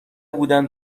بودن